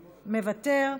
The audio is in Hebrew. מוותר.